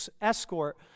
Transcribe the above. escort